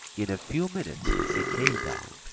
in a few minutes she came down,